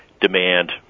demand